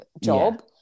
job